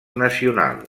nacional